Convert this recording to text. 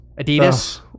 Adidas